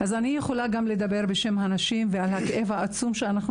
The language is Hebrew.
כך שאני יכולה לדבר בשם הנשים ועל הכאב העצום שאנחנו